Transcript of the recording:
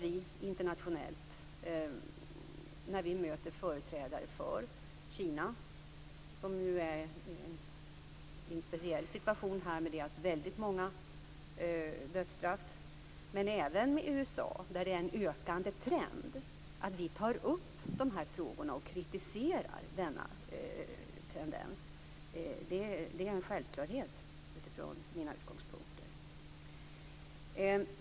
Internationellt när vi möter företrädare för Kina, som ju befinner sig i en speciell situation med de väldigt många dödsstraffen där - och detta gäller även USA, där sådant här är en ökande trend - tar vi givetvis upp dessa frågor och kritiserar denna tendens. Det är en självklarhet från mina utgångspunkter.